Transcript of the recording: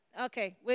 Okay